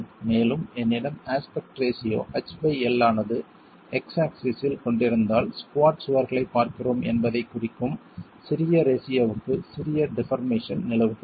மேலும் என்னிடம் aspect ratio h by L ஆனது x ஆக்ஸிஸ் இல் கொண்டிருந்தால் ஸ்குவாட் சுவர்களைப் பார்க்கிறோம் என்பதைக் குறிக்கும் சிறிய ரேஷியோவுக்கு சியர் டிபார்மேசன் நிலவுகிறது